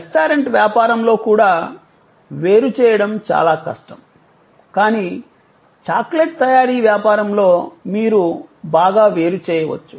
restaurant వ్యాపారంలో కూడా వేరు చేయడం చాలా కష్టం కానీ చాక్లెట్ తయారీ వ్యాపారంలో మీరు బాగా వేరు చేయవచ్చు